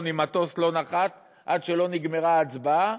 והמטוס לא נחת עד שלא נגמרה ההצבעה,